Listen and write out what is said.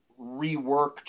reworked